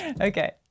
Okay